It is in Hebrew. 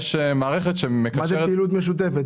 יש מערכת --- מה זה פעילות משותפת?